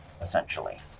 essentially